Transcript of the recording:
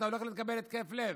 אתה הולך לקבל התקף לב.